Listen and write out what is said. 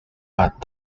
but